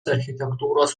architektūros